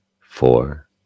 four